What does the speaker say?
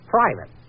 Private